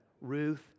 Ruth